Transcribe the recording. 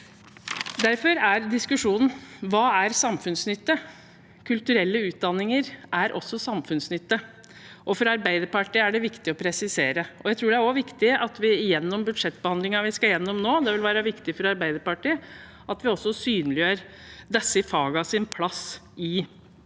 Derfor er diskusjonen: Hva er samfunnsnytte? Kulturelle utdanninger er også samfunnsnytte, og for Arbeiderpartiet er det viktig å presisere det. Jeg tror at det i budsjettbehandlingen vi skal gjennom nå, vil være viktig for Arbeiderpartiet at vi også synliggjør disse fagenes plass i